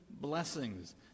blessings